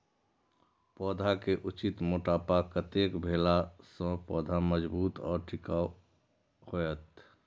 पौधा के उचित मोटापा कतेक भेला सौं पौधा मजबूत आर टिकाऊ हाएत?